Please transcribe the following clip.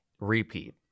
Repeat